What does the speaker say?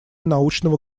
научного